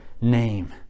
name